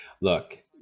look